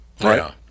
Right